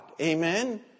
Amen